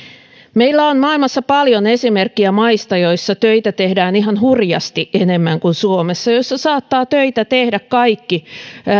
meillä on maailmassa paljon esimerkkejä maista joissa töitä tehdään ihan hurjasti enemmän kuin suomessa joissa saattavat töitä tehdä kaikki